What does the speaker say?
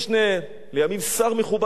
לימים שר מכובד במדינת ישראל,